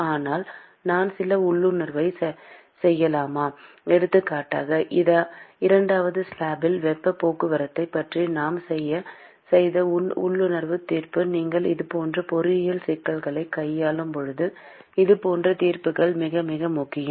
ஆனால் நான் சில உள்ளுணர்வைச் செய்யலாமா எடுத்துக்காட்டாக இரண்டாவது ஸ்லாப்பில் வெப்பப் போக்குவரத்தைப் பற்றி நாம் செய்த உள்ளுணர்வு தீர்ப்பு நீங்கள் இதுபோன்ற பொறியியல் சிக்கல்களைக் கையாளும் போது இதுபோன்ற தீர்ப்புகள் மிக மிக முக்கியம்